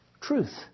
Truth